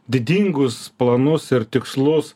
didingus planus ir tikslus